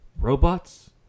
robots